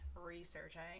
researching